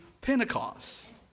Pentecost